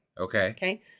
Okay